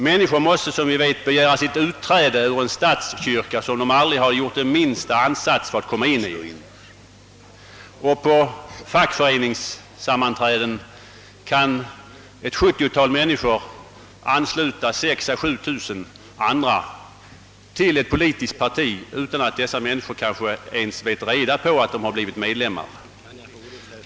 Människor måste begära sitt utträde ur en statskyrka, fast de aldrig gjort den minsta ansats för att komma in i den, och på fackföreningssammanträden kan ett sjuttiotal människor ansluta 6 000—7 000 andra till ett politiskt parti utan att dessa människor kanske ens har reda på att de blivit medlemmar däri.